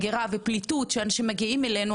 הגירה ופליטות שאנשים מגיעים אלינו,